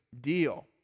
deal